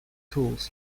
tools